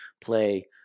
play